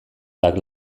black